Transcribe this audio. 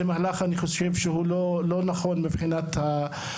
אני חושב שזה מהלך שהוא לא נכון מבחינת הפרוצדורה.